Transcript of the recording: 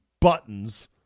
buttons